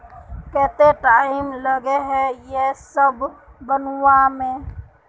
केते टाइम लगे है ये सब बनावे में?